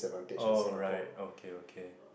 alright okay okay